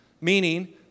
Meaning